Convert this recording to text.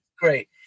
Great